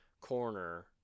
corner